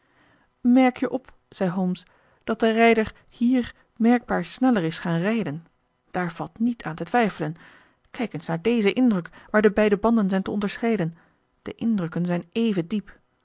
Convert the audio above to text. merk je op zei holmes dat de rijder hier merkbaar sneller is gaan rijden daar valt niet aan te twijfelen kijk eens naar dezen indruk waar de beide banden zijn te onderscheiden de indrukken zijn even diep